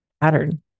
pattern